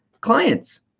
clients